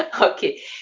Okay